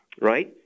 right